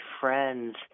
friends